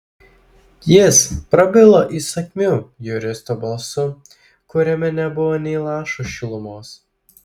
jis prabilo įsakmiu juristo balsu kuriame nebuvo nė lašo šilumos